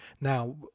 now